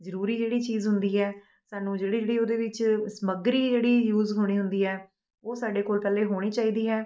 ਜ਼ਰੂਰੀ ਜਿਹੜੀ ਚੀਜ਼ ਹੁੰਦੀ ਹੈ ਸਾਨੂੰ ਜਿਹੜੀ ਜਿਹੜੀ ਉਹਦੇ ਵਿੱਚ ਸਮੱਗਰੀ ਜਿਹੜੀ ਯੂਜ਼ ਹੋਣੀ ਹੁੰਦੀ ਹੈ ਉਹ ਸਾਡੇ ਕੋਲ ਪਹਿਲੇ ਹੋਣੀ ਚਾਹੀਦੀ ਹੈ